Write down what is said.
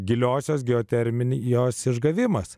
giliosios geoterminį jos išgavimas